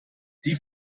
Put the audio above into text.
die